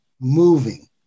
moving